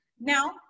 Now-